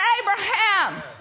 Abraham